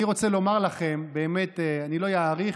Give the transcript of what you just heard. אני רוצה לומר לכם, באמת, אני לא אאריך,